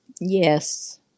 Yes